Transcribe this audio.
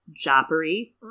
Joppery